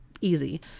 easy